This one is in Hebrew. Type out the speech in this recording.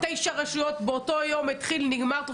תשע רשויות באותו יום התחיל ונגמר.